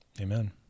Amen